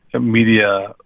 media